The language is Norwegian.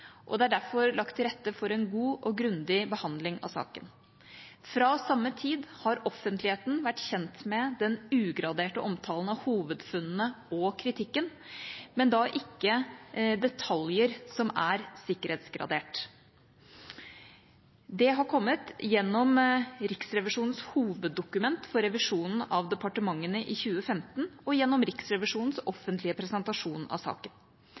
og det er derfor lagt til rette for en god og grundig behandling av saken. Fra samme tid har offentligheten vært kjent med den ugraderte omtalen av hovedfunnene og kritikken, men da ikke detaljer som er sikkerhetsgradert. Det har kommet gjennom Riksrevisjonens hoveddokument for revisjonen av departementene i 2015 og gjennom Riksrevisjonens offentlige presentasjon av saken.